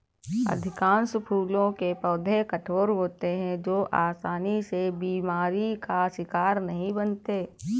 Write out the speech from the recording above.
अधिकांश फूलों के पौधे कठोर होते हैं जो आसानी से बीमारी का शिकार नहीं बनते